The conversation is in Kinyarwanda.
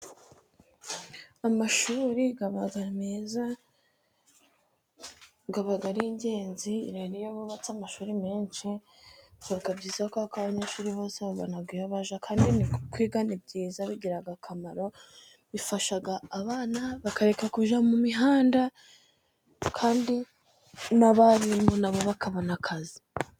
Amashuri aba meza aba ari ingenzi, rero iyo bubatse amashuri menshi, baba byiza ko kuko abanyeshuri bose babona iyo bajya, kandi kwiga ni byiza bira akamaro, bifasha abana bakareka kujya mu mihanda, kandi n'abarimu nabo bakabona akazi.